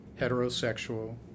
heterosexual